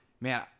man